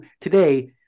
today